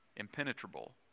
impenetrable